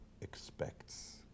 expects